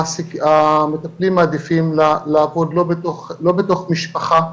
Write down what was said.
שהמטפלים מעדיפים לעבוד לא בתוך משפחה,